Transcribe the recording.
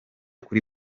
kuri